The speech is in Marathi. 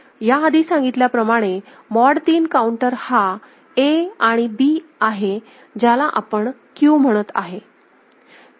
याआधी सांगितल्याप्रमाणे मॉड 3 काऊंटर हा A आणि B आहे ज्याला आपण Q म्हणत आहे